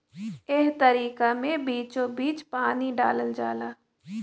एह तरीका मे बीचोबीच पानी डालल जाला